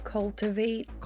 Cultivate